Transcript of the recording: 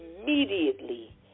immediately